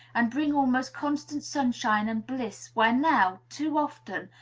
and bring almost constant sunshine and bliss where now, too often,